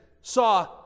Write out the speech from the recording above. saw